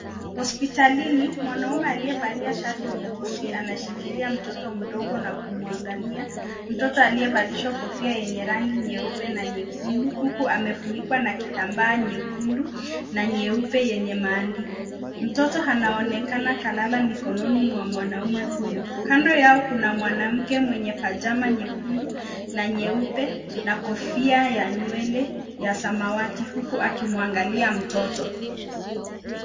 Hospitalini mwanamume aliyevaa shati nyeusi anashikilia mtoto mdogo na kumwangalia. Mtoto aliyevalishwa kofia yenye rangi nyeupe na nyekundu huku amefunikwa na kitambaa nyekundu na nyeupe yenye maandiko. Mtoto anaonekana kalala mikononi mwa mwanamume huyo. Kando yao kuna mwanamke mwenye pajama nyekundu na nyeupe na kofia ya nywele ya samawati huku akimwangalia mtoto.